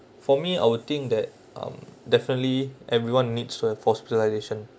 for me I would think that um definitely everyone needs to have hospitalisation